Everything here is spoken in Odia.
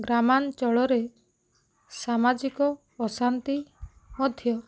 ଗ୍ରାମାଞ୍ଚଳରେ ସାମାଜିକ ଅଶାନ୍ତି ମଧ୍ୟ